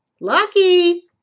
Lucky